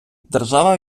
держава